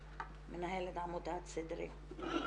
מנהלת עמותת סידרה.